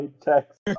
text